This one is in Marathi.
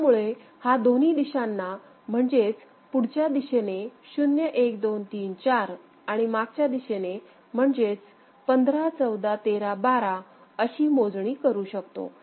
त्यामुळे हा दोन्ही दिशांना म्हणजेच पुढच्या दिशेने0 1 2 3 4 आणि मागच्या दिशेने म्हणजेच 15 14 13 12 अशी मोजणी करू शकतो